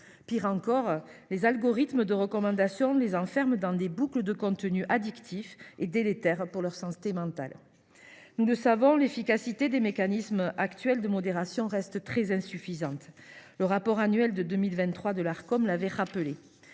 Pire encore, les algorithmes de recommandation les enferment dans des boucles de contenus addictifs et délétères pour leur santé mentale. Nous le savons, l’efficacité des mécanismes de modération actuels reste très insuffisante. Le rapport annuel pour 2023 de l’Arcom l’avait bien